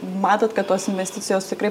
matote kad tos investicijos tikrai